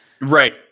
Right